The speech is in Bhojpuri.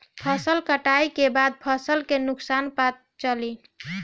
फसल कटाई के बाद फसल के नुकसान पता चली